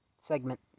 segment